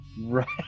Right